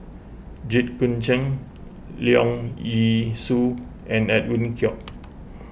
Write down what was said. Jit Koon Ch'ng Leong Yee Soo and Edwin Koek